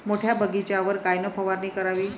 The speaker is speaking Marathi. मोठ्या बगीचावर कायन फवारनी करावी?